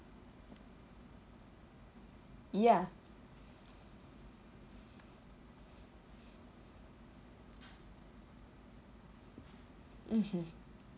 ya mmhmm